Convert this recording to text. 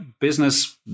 business